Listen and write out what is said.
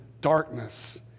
darkness